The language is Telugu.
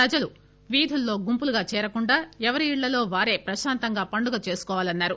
ప్రజలు వీధుల్లో గుంపులుగా చేరకుండా ఎవరి ఇండ్లో వారే ప్రశాంతంగా పండుగ చేసుకోవాలన్నారు